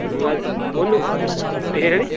ಹ್ಞೂ ಆಯ್ ಒಂದು ವ್ ಹಾಂ ಹೇಳಿ